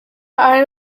ari